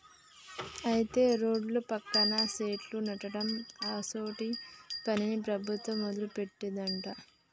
అయితే రోడ్ల పక్కన సెట్లను నాటడం అసోంటి పనిని ప్రభుత్వం మొదలుపెట్టిందట